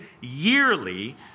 yearly